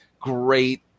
great